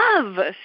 love